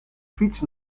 fiets